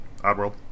Oddworld